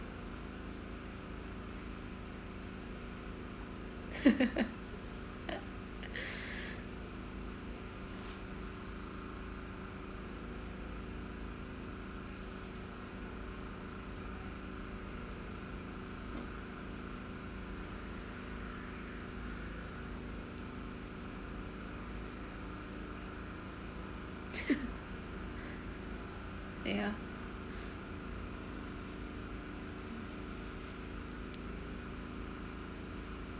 ya